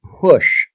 push